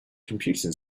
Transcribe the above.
computing